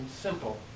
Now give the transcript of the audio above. simple